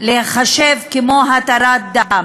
להיחשב כמו התרת דם.